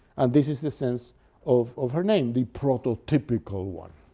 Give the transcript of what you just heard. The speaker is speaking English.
and this is the sense of of her name, the prototypical one.